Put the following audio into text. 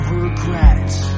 regrets